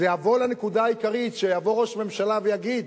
זה יבוא לנקודה העיקרית, שכשיבוא ראש ממשלה ויגיד: